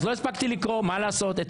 אז לא הספקתי לקרוא, מה לעשות?